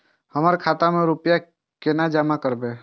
हम खाता में रूपया केना जमा करबे?